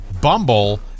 Bumble